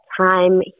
time